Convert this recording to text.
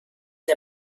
der